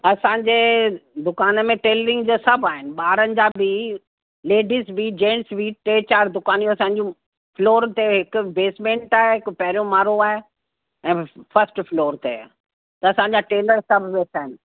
असांजे दुकान में टेलरिंग जा सभु आहिनि ॿारनि जा बि लेडिस बि जेन्स बि टे चार दुकानियूं असांजूं फ़्लॉर ते हिकु बेसमेंट आहे हिकु पहिरियों माड़ो आहे ऐं फ़र्स्ट फ़िलॉर ते आहे त असांजा टेलर सभु वेठा आहिनि